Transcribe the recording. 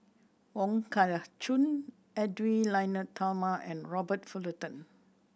Wong Kah Chun Edwy Lyonet Talma and Robert Fullerton